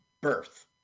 birth